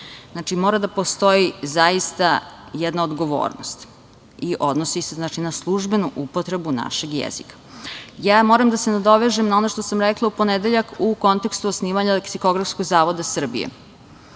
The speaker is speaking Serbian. Znači, mora da postoji zaista jedna odgovornost i odnosi se na službenu upotrebu našeg jezika. Moram da se nadovežem na ono što sam rekla u ponedeljak u kontekstu osnivanja leksikografskog zavoda Srbije.